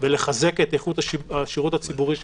ולחזק את איכות השירות הציבורי שלנו.